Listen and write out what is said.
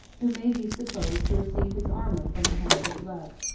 who may be supposed to receive his armor from the hands of love.